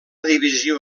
divisió